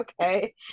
Okay